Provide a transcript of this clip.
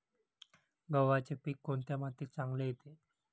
गव्हाचे पीक कोणत्या मातीत चांगले येते?